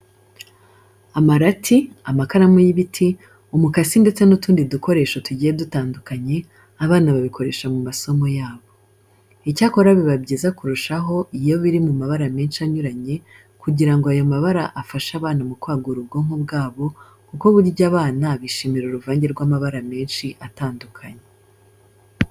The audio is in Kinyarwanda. Amarati, amakaramu y'ibiti, umukasi ndetse n'utundi dukoresho tugiye dutandukanye, abana babikoresha mu masomo yabo. Icyakora, biba byiza kurushaho iyo biri mu mabara menshi anyuranye kugira ngo ayo mabara afashe abana mu kwagura ubwonko bwabo kuko burya abana bishimira uruvanjye rw'amabara menshi atandukanye.